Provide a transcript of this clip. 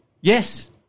Yes